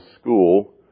school